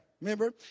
remember